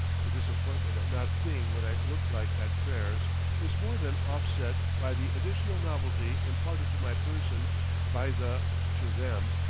the disappointment at not seeing what i look like at prayers is more than offset by the additional novelty imparted to my person by the, to them,